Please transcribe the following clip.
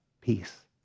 peace